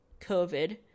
COVID